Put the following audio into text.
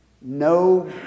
No